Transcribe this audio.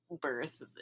birth